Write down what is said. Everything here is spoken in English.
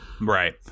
right